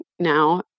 now